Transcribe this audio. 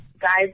guys